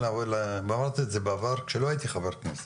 ואני אמרתי את זה בעבר כשלא הייתי חבר כנסת,